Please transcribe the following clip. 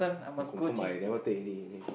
I confirm I never take already